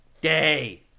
day